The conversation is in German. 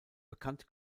bekannt